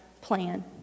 plan